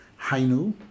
Hainu